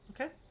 Okay